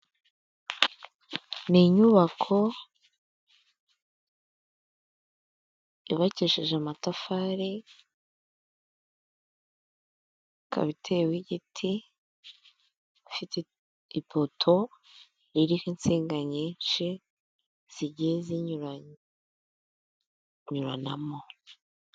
Ni inyubako yabakishije amatafari ikaba iteweho igiti ifite ipoto ririhe insinga nyinshi zigiye zinyuranyuranamo.